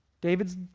David's